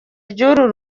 ry’uru